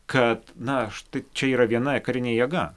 kad na štai čia yra viena karinė jėga